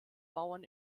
bauern